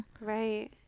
Right